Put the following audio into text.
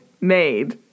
made